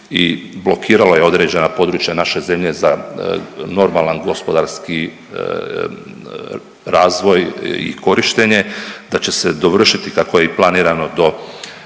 i blokiralo je određena područja naše zemlje za normalan gospodarski razvoj i korištenje, da će se dovršiti, kako je i planirano, do